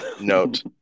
note